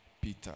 Peter